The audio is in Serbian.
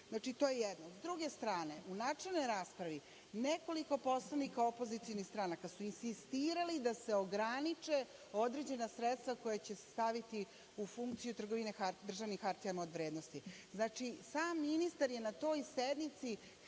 Znači, to je jedno.S druge strane, u načelnoj raspravi, nekoliko poslanika opozicionih stranaka su insistirali da se ograniče određena sredstva koja će staviti u funkciju trgovine državnih hartijama od vrednosti. Znači, sam ministar je na toj sednici